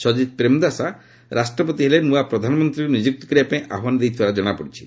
ସଜିତ୍ ପ୍ରେମ୍ଦାସା ରାଷ୍ଟ୍ରପତି ହେଲେ ନୂଆ ପ୍ରଧାନମନ୍ତ୍ରୀଙ୍କୁ ନିଯୁକ୍ତ କରିବାପାଇଁ ଆହ୍ୱାନ ଦେଇଥିବାର ଜଣାପଡ଼ିଛି